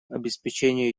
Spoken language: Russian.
обеспечению